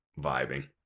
vibing